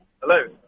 Hello